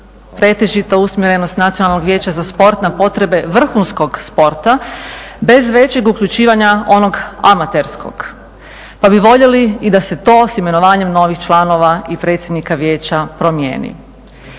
pretežita usmjerenost Nacionalnog vijeća za sport na potrebe vrhunskog sporta bez većeg uključivanja onog amaterskog. Pa bi voljeli i da se to sa imenovanjem novih članova i predsjednika vijeća promijeni.